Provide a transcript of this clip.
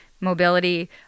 mobility